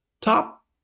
top